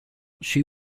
she